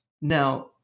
Now